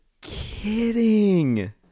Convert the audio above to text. kidding